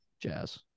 Jazz